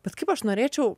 bet kaip aš norėčiau